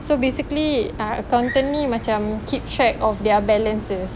so basically uh accountant ni macam keep track of their balances